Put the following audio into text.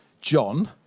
John